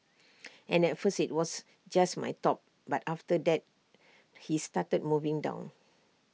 and at first IT was just my top but after that he started moving down